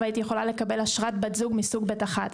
הייתי יכולה לקבל אשרת בת זוג מסוג ב'1,